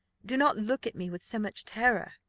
do not look at me with so much terror,